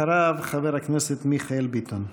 אחריו, חבר הכנסת מיכאל ביטון.